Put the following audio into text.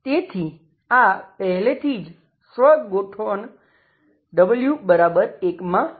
તેથી આ પહેલેથી જ સ્વ ગોઠવણ w1 માં છે